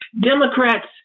Democrats